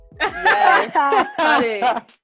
Yes